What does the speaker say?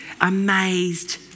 amazed